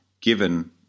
given